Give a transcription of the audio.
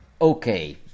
Okay